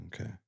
Okay